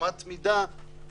אמת מידה סבירה.